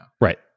Right